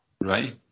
Right